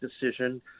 decision